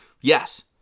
yes